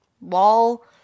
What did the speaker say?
Wall